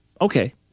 Okay